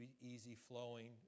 easy-flowing